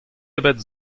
ebet